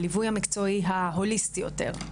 הליווי המקצועי ההוליסטי יותר.